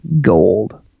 gold